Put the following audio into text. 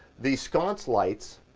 these sconce lights,